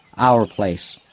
our place.